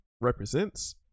represents